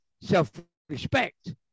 self-respect